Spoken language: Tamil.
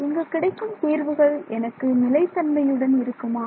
இங்கு கிடைக்கும் தீர்வுகள் எனக்கு நிலை தன்மையுடன் இருக்குமா